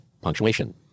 Punctuation